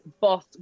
boss